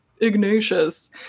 Ignatius